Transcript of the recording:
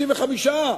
55,